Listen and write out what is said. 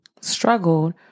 struggled